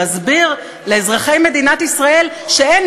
מאשר להראות את הקופסה הזאת ולהסביר לאזרחי מדינת ישראל שאין